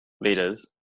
leaders